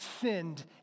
sinned